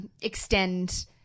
extend